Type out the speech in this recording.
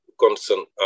constant